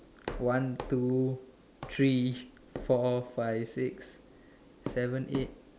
one two three four five six seven eight